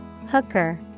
Hooker